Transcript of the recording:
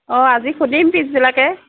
অঁ আজি সুধিম পিছবিলাকে